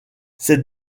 ces